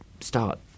start